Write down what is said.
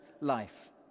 life